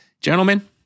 Gentlemen